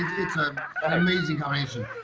it's a amazing combination.